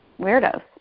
weirdos